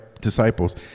disciples